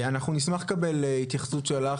נשמח לקבל התייחסות שלך,